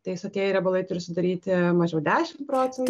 tai sotieji riebalai turi sudaryti mažiau dešim procentų